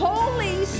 Holy